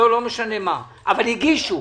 אבל הגישו.